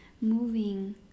moving